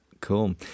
Cool